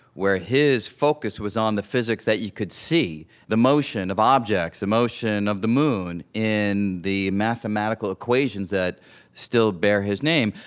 where his focus was on the physics that you could see the motion of objects, the motion of the moon in the mathematical equations that still bear his name.